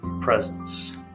presence